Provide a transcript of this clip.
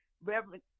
Reverend